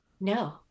no